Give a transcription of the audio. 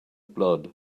blood